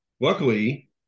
luckily